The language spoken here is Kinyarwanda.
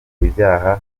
ibyaha